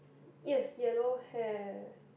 yes yellow hair